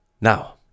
Now